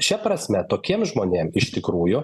šia prasme tokiem žmonėm iš tikrųjų